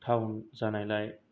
थाउन जानायलाय